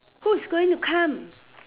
who's going to come